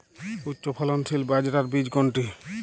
উচ্চফলনশীল বাজরার বীজ কোনটি?